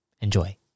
Enjoy